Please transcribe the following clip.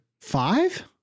Five